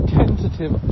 tentative